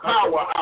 Power